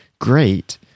great